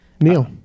Neil